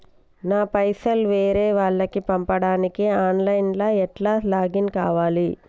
నా పైసల్ వేరే వాళ్లకి పంపడానికి ఆన్ లైన్ లా ఎట్ల లాగిన్ కావాలి?